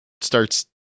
starts